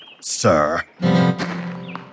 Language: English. sir